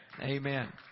Amen